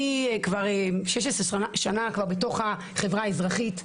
אני כבר 16 שנה בתוך החברה האזרחית.